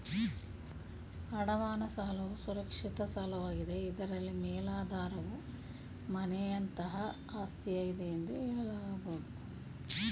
ಅಡಮಾನ ಸಾಲವು ಸುರಕ್ಷಿತ ಸಾಲವಾಗಿದೆ ಇದ್ರಲ್ಲಿ ಮೇಲಾಧಾರವು ಮನೆಯಂತಹ ಆಸ್ತಿಯಾಗಿದೆ ಎಂದು ಹೇಳಬಹುದು